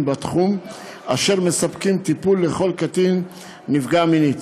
בתחום אשר מספקים טיפול לכל קטין נפגע מינית.